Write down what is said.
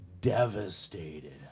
devastated